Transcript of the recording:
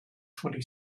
twenty